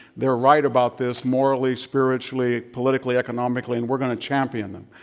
they're right about this, morally, spiritually, politically, economically, and we're going to champion them,